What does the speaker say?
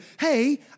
Hey